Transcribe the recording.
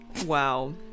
wow